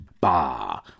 Bah